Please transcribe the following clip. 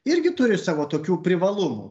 irgi turi savo tokių privalumų